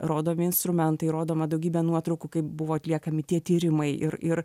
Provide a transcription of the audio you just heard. rodomi instrumentai rodoma daugybė nuotraukų kaip buvo atliekami tie tyrimai ir ir